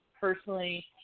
personally